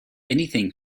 anything